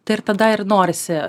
tai ir tada ir norisi